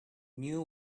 knew